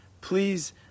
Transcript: please